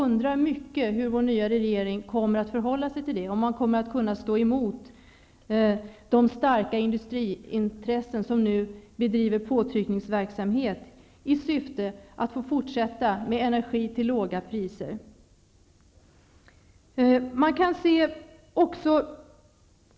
Jag undrar mycket hur vår nya regeringen kommer att förhålla sig till detta och om den kommer att kunna stå emot de starka industriintressen som nu bedriver påtryckningsverksamhet i syfte att få fortsätta med energi till låga priser.